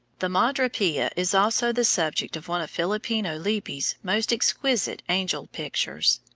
the madre pia is also the subject of one of filippino lippi's most exquisite angel pictures.